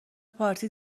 پارتی